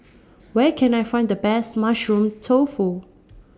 Where Can I Find The Best Mushroom Tofu